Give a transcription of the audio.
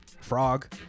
Frog